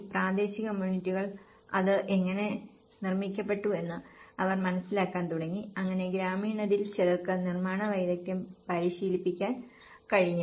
പ്രാദേശിക കമ്മ്യൂണിറ്റികൾ അത് എങ്ങനെ നിർമ്മിക്കപ്പെട്ടുവെന്ന് അവർ മനസ്സിലാക്കാൻ തുടങ്ങി അങ്ങനെ ഗ്രാമീണരിൽ ചിലർക്ക് നിർമ്മാണ വൈദഗ്ദ്ധ്യം പരിശീലിപ്പിക്കാൻ കഴിഞ്ഞു